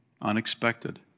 unexpected